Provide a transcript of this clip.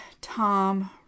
Tom